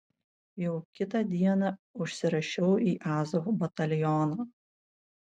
jau kitą dieną užsirašiau į azov batalioną